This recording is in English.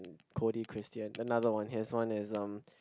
Cody Christian another one is his one is um